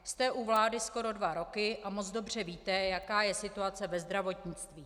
Jste u vlády skoro dva roky a moc dobře víte, jaká je situace ve zdravotnictví.